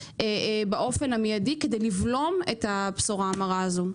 באופן מידי כדי לבלום את הבשורה המרה הזו.